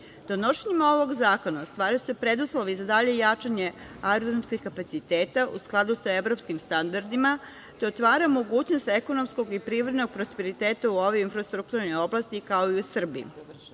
rada. Donošenjem ovog zakona se ostvaruju preduslovi za dalje jačanje aerodromskih kapaciteta u skladu sa evropskim standardima, te otvara mogućnost ekonomskog i privrednog prosperiteta u ovim infrastrukturnim oblastima, kao i u Srbiji.